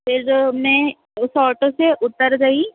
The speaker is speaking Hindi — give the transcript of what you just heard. फिर मैं उस ऑटो से उतर गई